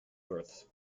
berths